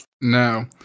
no